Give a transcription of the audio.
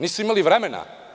Nisu imali vremena.